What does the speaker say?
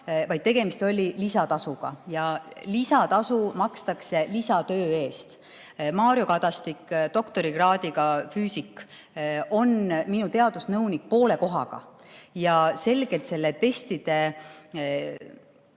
vaid tegemist oli lisatasuga, ja lisatasu makstakse lisatöö eest. Mario Kadastik, doktorikraadiga füüsik, on minu teadusnõunik poole kohaga ja selle testide